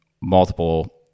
multiple